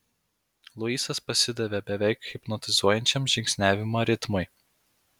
luisas pasidavė beveik hipnotizuojančiam žingsniavimo ritmui